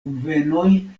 kunvenoj